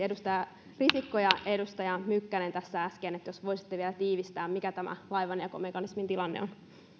edustaja risikko ja mykkänen tässä äsken että jos voisitte vielä tiivistää mikä tämä laivanjakomekanismin tilanne on